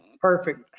Perfect